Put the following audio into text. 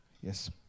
Yes